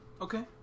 Okay